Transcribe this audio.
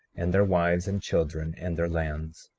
and their wives, and children, and their lands.